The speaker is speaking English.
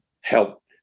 help